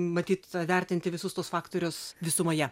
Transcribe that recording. matyt vertinti visus tuos faktorius visumoje